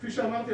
כפי שאמרתי,